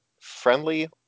Friendly